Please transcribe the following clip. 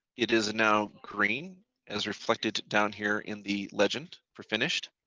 it is now green as reflected down here in the legend for finished.